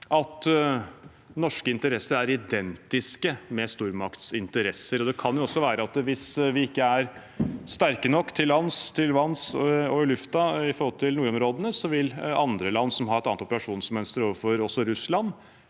at norske interesser er identiske med stormaktsinteresser. Det kan jo også være at hvis vi ikke er sterke nok til lands, til vanns og i luften i nordområdene, så vil andre land som har et annet operasjonsmønster overfor oss og Russland,